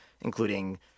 including